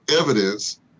evidence